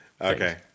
Okay